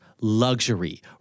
luxury